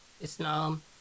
Islam